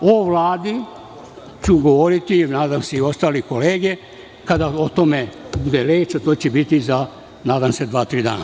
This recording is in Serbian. O Vladi ću govoriti, nadam se i ostale kolege kada o tome bude reč, a to će biti za, nadam se, dva, tri dana.